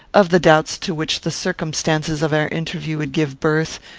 of the doubts to which the circumstances of our interview would give birth,